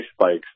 spikes